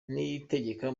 niyitegeka